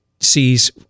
sees